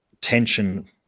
tension